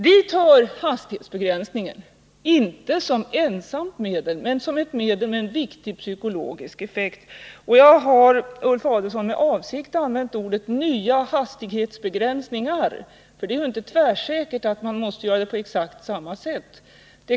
Vi ser hastighetsbegränsningen inte bara som en teknisk metod att spara energi utan också som ett medel med en viktig psykologisk effekt. : Jag har, Ulf Adelsohn, med avsikt använt uttrycket nya hastighetsbegränsningar, för det är ju inte tvärsäkert att man måste göra dem på exakt samma sätt.